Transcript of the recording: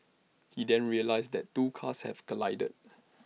he then realised that two cars had collided